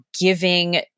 giving